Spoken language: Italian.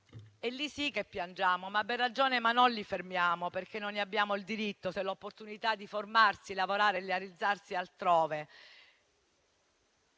e lì sì che piangiamo, ma non li fermiamo perché non ne abbiamo il diritto se l'opportunità di formarsi, lavorare e realizzarsi è altrove.